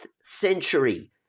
century